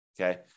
Okay